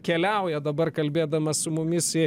keliauja dabar kalbėdamas su mumis į